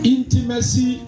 Intimacy